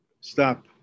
Stop